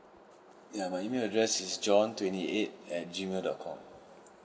ya my email address is john twenty eight at G mail dot